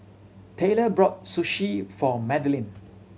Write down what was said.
Tayler brought Sushi for Madilyn